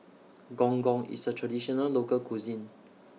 Gong Gong IS A Traditional Local Cuisine